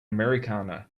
americano